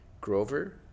Grover